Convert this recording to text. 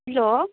hello